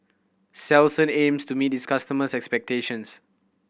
Selsun aims to meet its customers' expectations